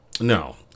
No